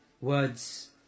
words